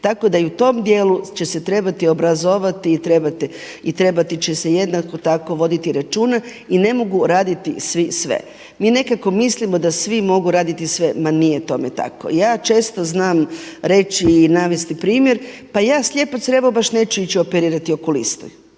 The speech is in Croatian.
Tako da i u tom dijelu će se trebati obrazovati i trebati će se jednako tako voditi računa. I ne mogu raditi svi sve. Mi nekako mislimo da svi mogu raditi sve. Ma nije tome tako. Ja često znam reći i navesti primjer pa slijepo crijevo baš neću ići operirati okulisti.